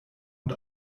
und